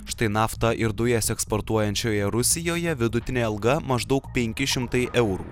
štai naftą ir dujas eksportuojančioje rusijoje vidutinė alga maždaug penki šimtai eurų